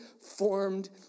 formed